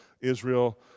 Israel